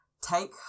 take